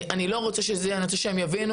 אני לא רוצה שזה מה שיהיה, אני רוצה שהם יבינו